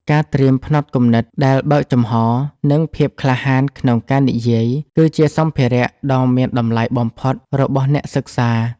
ការត្រៀមផ្នត់គំនិតដែលបើកចំហ និងភាពក្លាហានក្នុងការនិយាយ គឺជាសម្ភារៈដ៏មានតម្លៃបំផុតរបស់អ្នកសិក្សា។